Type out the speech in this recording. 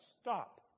stop